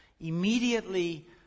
immediately